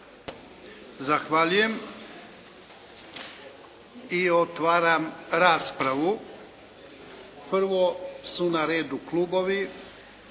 Zahvaljujem. I otvaram raspravu. Prvo su na redu klubovi.